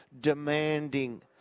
demanding